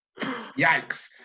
Yikes